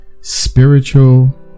Spiritual